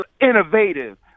innovative